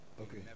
Okay